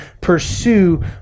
pursue